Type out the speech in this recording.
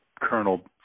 Colonel